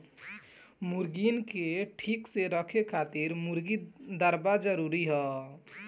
मुर्गीन के ठीक से रखे खातिर मुर्गी दरबा जरूरी हअ